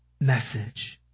message